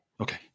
Okay